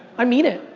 i mean it!